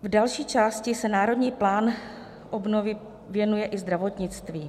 V další části se Národní plán obnovy věnuje i zdravotnictví.